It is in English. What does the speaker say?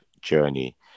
journey